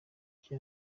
ryose